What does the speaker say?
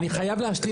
אני חייב להשלים.